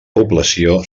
població